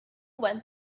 went